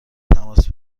تماس